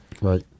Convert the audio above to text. Right